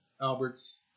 Albert's